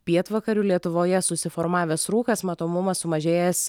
pietvakarių lietuvoje susiformavęs rūkas matomumas sumažėjęs